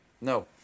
No